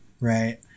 right